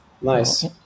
Nice